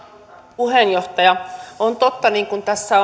puheenjohtaja on totta niin kuin tässä